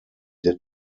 did